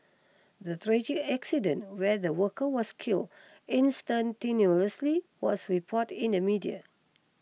the tragic accident where the worker was killed instantaneously was reported in the media